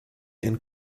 and